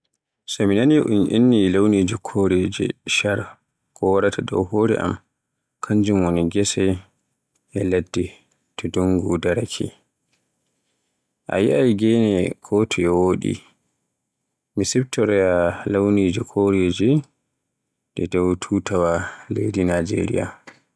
So mi nani un inni launiji koreeje shar, ko waraata dow hore am kanjum woni gese e ladde to dungu daraake. A yi'ai gene kotoye woɗi. Mi siftoroya bo launiji koreeje e dow turawa leydi Najeriya.